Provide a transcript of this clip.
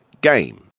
game